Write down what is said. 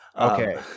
Okay